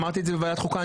אמרתי את זה בוועדת חוקה,